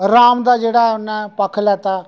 राम दा जेह्ड़ा उन्नै पक्ख लैता